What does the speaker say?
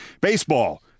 Baseball